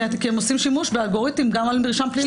כי הם עושים שימוש באלגוריתמים גם על מרשם פלילי.